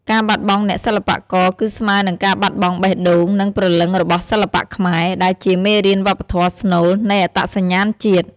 ការបាត់បង់អ្នកសិល្បករគឺស្មើនឹងការបាត់បង់បេះដូង និងព្រលឹងរបស់សិល្បៈខ្មែរ ដែលជាមេរៀនវប្បធម៌ស្នូលនៃអត្តសញ្ញាណជាតិ។